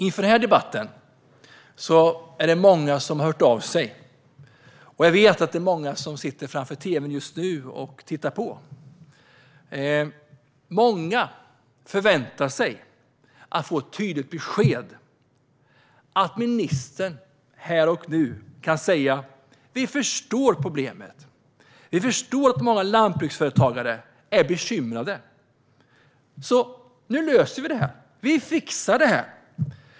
Inför den här debatten är det många som har hört av sig. Jag vet att det är många som sitter framför tv:n just nu och tittar på debatten. Många förväntar sig att få ett tydligt besked och att ministern här och nu kan säga: Vi förstår problemet. Vi förstår att många lantbruksföretagare är bekymrade. Nu löser vi det här. Vi fixar det här.